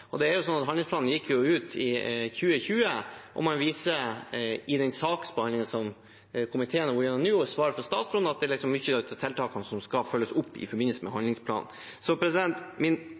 Handlingsplanen gikk ut i 2020, som man viser til i den saksbehandlingen komiteen har vært gjennom nå, og svaret fra statsråden er at mange av disse tiltakene skal følges opp i forbindelse med handlingsplanen. Så min